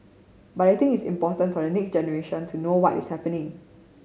but I think it's important for the next generation to know what is happening